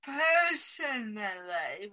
personally